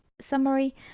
summary